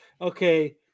okay